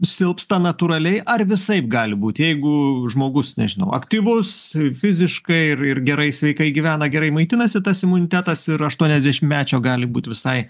silpsta natūraliai ar visaip gali būt jeigu žmogus nežinau aktyvus fiziškai ir ir gerai sveikai gyvena gerai maitinasi tas imunitetas ir aštuoniasdešimtmečio gali būt visai